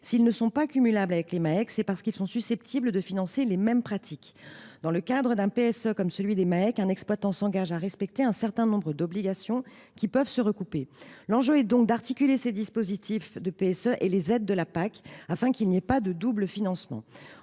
ne sont pas cumulables avec les Maec, c’est parce qu’ils sont susceptibles de financer les mêmes pratiques. Dans le cadre d’un PSE, comme dans celui des Maec, un exploitant s’engage à respecter un certain nombre d’obligations, qui peuvent se recouper. L’enjeu est donc d’articuler ces dispositifs de PSE et les aides de la PAC, afin qu’il n’y ait pas de double financement.